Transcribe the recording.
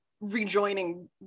rejoining